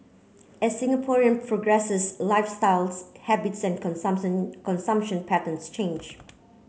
as Singaporean progresses lifestyles habits and consumption patterns change